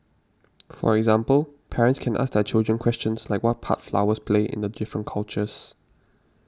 for example parents can ask their children questions like what part flowers play in the different cultures